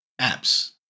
apps